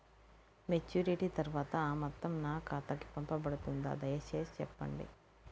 Maturity తర్వాత ఆ మొత్తం నా ఖాతాకు పంపబడుతుందా? దయచేసి చెప్పండి?